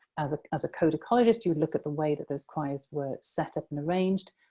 as as a codicologist, you would look at the way that those quires were set up and arranged,